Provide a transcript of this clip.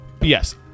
Yes